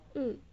mm